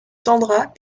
sandra